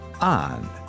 on